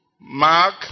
Mark